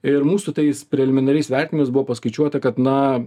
ir mūsų tais preliminariais vertinimais buvo paskaičiuota kad na